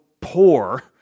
poor